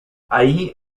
allí